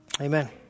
Amen